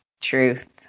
Truth